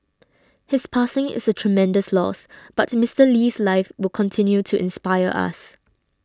his passing is a tremendous loss but Mister Lee's life will continue to inspire us